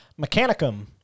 Mechanicum